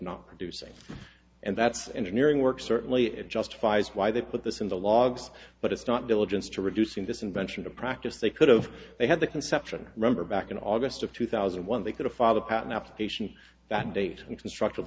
not producing and that's engineering work certainly it justifies why they put this in the logs but it's not diligence to reducing this invention of practice they could have they had the conception rember back in august of two thousand and one they could a father patent application that date constructive